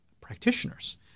practitioners